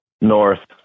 North